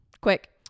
Quick